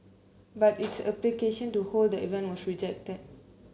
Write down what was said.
but its application to hold the event was rejected